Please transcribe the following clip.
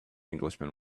englishman